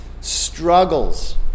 struggles